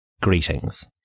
greetings